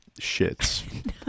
shits